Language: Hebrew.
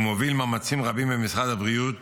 והוא מוביל מאמצים רבים במשרד הבריאות